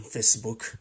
Facebook